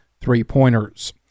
three-pointers